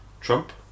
Trump